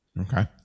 Okay